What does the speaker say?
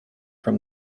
from